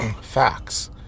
facts